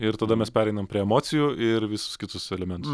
ir tada mes pereinam prie emocijų ir visus kitus elementus